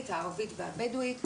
הערבית והבדואית.